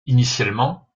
initialement